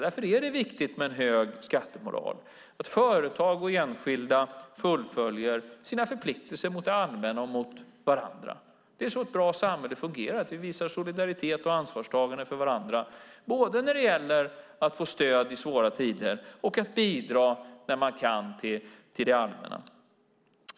Därför är det viktigt med en hög skattemoral och att företag och enskilda fullföljer sina förpliktelser mot det allmänna och varandra. Det är så ett bra samhälle fungerar. Vi visar solidaritet och ansvarstagande för varandra när det gäller både att få stöd i svåra tider och bidra när man kan till det allmänna.